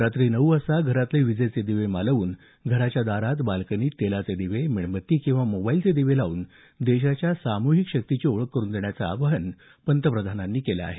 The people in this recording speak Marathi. रात्री नऊ वाजता घरातले विजेचे दिवे मालवून घराच्या दारात बाल्कनीत तेलाचे दिवे मेणबत्ती किंवा मोबाईलचे दिवे लावून देशाच्या सामुहिक शक्तीची आेळख करून देण्याचं आवाहन पंतप्रधानांनी केलं आहे